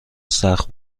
سخت